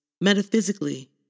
Metaphysically